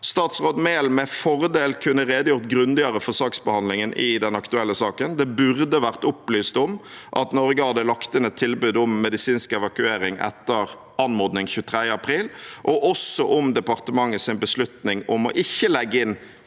statsråd Mehl med fordel kunne redegjort grundigere for saksbehandlingen i den aktuelle saken. Det burde vært opplyst om at Norge hadde lagt inn et tilbud om medisinsk evakuering etter anmodning 23. april, og også om departementets beslutning om ikke å legge inn